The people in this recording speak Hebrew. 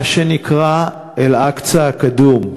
מה שנקרא אל-אקצא הקדום,